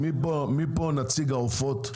מי פה נציג העופות?